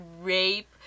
rape